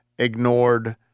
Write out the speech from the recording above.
ignored